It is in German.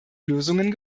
lösungen